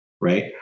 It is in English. right